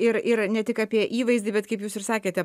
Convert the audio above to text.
ir ir ne tik apie įvaizdį bet kaip jūs ir sakėte